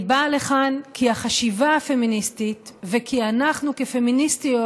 אני באה לכאן כי החשיבה הפמיניסטית ואנחנו כפמיניסטיות